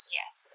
yes